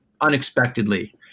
unexpectedly